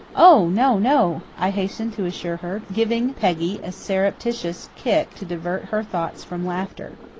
oh, no, no, i hastened to assure her, giving peggy a surreptitious kick to divert her thoughts from laughter.